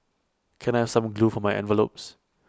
can I have some glue for my envelopes